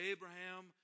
Abraham